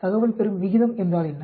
தகவல் பெறும் விகிதம் என்றால் என்ன